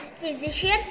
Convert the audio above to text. physician